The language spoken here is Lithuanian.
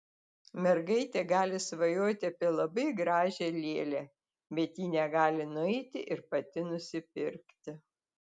mergaitė gali svajoti apie labai gražią lėlę bet ji negali nueiti ir pati nusipirkti